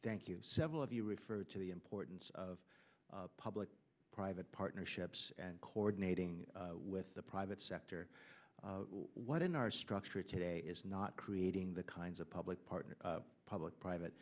thank you several of you referred to the importance of public private partnerships and coordinating with the private sector what in our structure today is not creating the kinds of public partner public private